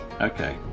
Okay